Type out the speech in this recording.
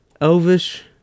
elvish